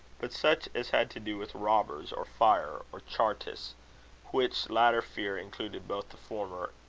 but such as had to do with robbers, or fire, or chartists which latter fear included both the former.